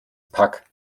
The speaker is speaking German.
pack